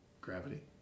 Gravity